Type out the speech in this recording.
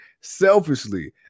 selfishly